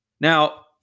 Now